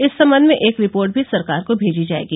इस संबंध में एक रिपोर्ट भी सरकार को भेजी जाएगी